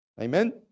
Amen